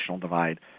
divide